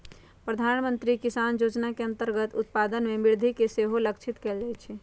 प्रधानमंत्री किसान जोजना के अंतर्गत उत्पादन में वृद्धि के सेहो लक्षित कएल जाइ छै